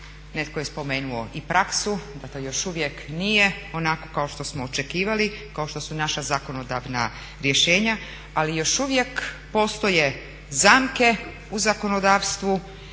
netko je spomenuo i praksu, da to još uvijek nije onako kao što smo očekivali, kao što su naša zakonodavna rješenja, ali još uvijek postoje zamke u zakonodavstvu